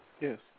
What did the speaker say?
Yes